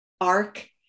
arc